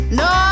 no